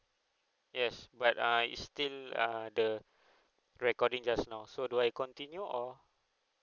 yes but I is still uh the recording just now so do I continue or